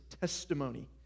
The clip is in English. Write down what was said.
testimony